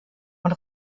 und